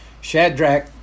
Shadrach